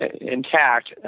intact